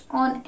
on